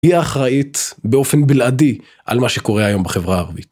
היא אחראית באופן בלעדי על מה שקורה היום בחברה הערבית.